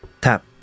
tap